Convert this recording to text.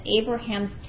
Abraham's